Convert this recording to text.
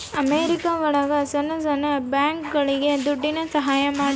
America ಒಳಗ ಸಣ್ಣ ಸಣ್ಣ ಬ್ಯಾಂಕ್ಗಳುಗೆ ದುಡ್ಡಿನ ಸಹಾಯ ಮಾಡುತ್ತೆ